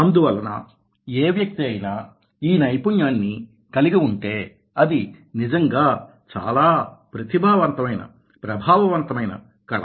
అందువలన ఏ వ్యక్తి అయినా ఈ నైపుణ్యాన్ని కలిగి ఉంటే అది నిజంగా చాలా ప్రతిభావంతమైన ప్రభావవంతమైన కళ